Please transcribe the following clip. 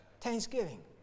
Thanksgiving